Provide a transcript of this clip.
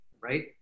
right